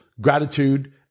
gratitude